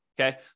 Okay